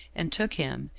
and took him,